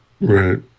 Right